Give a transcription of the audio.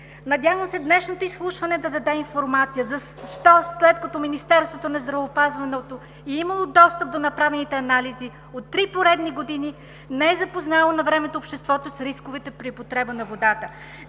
дава сигнал, че времето е изтекло) защо след като Министерството на здравеопазването е имало достъп до направените анализи от три поредни години не е запознало навремето обществото с рисковете при употреба на водата.